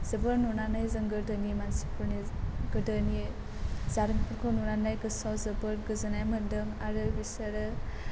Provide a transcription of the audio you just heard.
जोबोर नुनानै जों गोदोनि मानसिफोरनि गोदोनि जारिमिनफोरखौ नुनानै गोसोआव जोबोर गोजोननाय मोनदों आरो बिसोरो